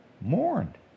mourned